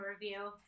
review